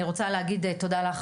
תודה לך,